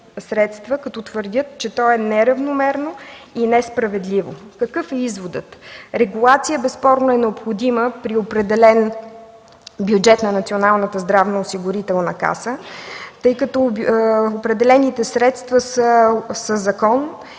като твърдят, че то е неравномерно и несправедливо. Какъв е изводът? Регулация безспорно е необходима при определен бюджет на Националната здравноосигурителна каса, тъй средствата са определени със закон и